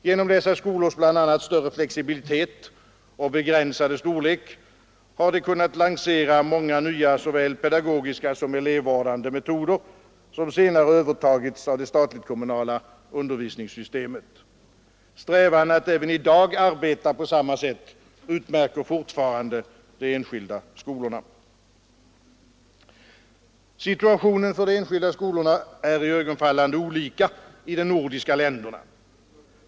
Genom dessa skolors bl.a. större flexibilitet och begränsade storlek har de kunnat lansera många nya så väl pedagogiska som elevvårdande metoder, som senare övertagits av det statligt-kommunala undervisningssystemet. Strävan att även i dag arbeta på samma sätt utmärker fortfarande de enskilda skolorna. Situationen för de enskilda skolorna är iögonfallande olika i de nordiska länderna.